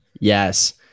Yes